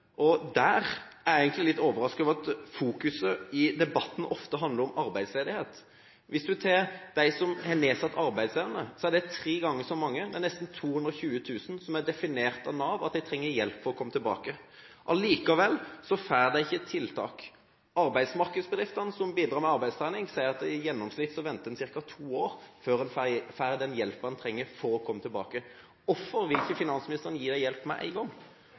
er egentlig litt overrasket over at debatten ofte handler om arbeidsledighet. Hvis en ser på antallet som har nedsatt arbeidsevne, er det tre ganger så mange. Nav har definert at nesten 220 000 trenger hjelp for å komme tilbake. Allikevel får de ikke tiltak. Arbeidsmarkedsbedriftene, som bidrar med arbeidstrening, sier at i gjennomsnitt venter en ca. to år før en får den hjelpen en trenger for å komme tilbake. Hvorfor vil ikke finansministeren gi dem hjelp med en gang?